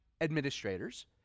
administrators